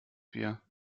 bier